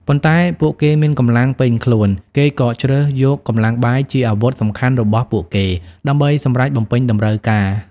ប៉ុន្តែពួកគេមានកម្លាំងពេញខ្លួន គេក៏ជ្រើសយកកម្លាំងបាយជាអាវុធសំខាន់របស់ពួកគេ ដើម្បីសម្រចបំពេញតម្រូវការ។